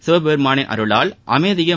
சிவபெருமானின் அருளால் அமைதியும்